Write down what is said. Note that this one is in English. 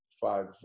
five